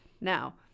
now